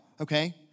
okay